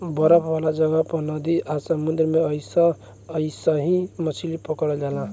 बरफ वाला जगह, नदी आ समुंद्र में अइसही मछली पकड़ल जाला